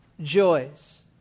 joys